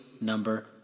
number